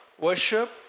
worship